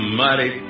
mighty